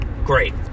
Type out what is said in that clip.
great